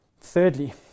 Thirdly